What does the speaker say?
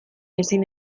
ezin